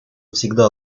всегда